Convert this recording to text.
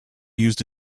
used